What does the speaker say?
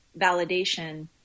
validation